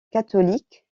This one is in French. catholique